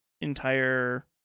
entire